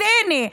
אז הינה,